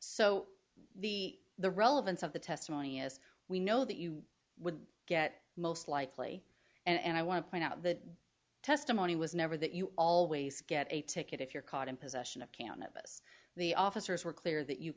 so the the relevance of the testimony as we know that you would get most likely and i want to point out the testimony was never that you always get a ticket if you're caught in possession of cannabis the officers were clear that you